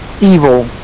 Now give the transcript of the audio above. evil